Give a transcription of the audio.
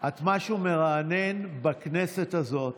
את משהו מרענן בכנסת הזאת,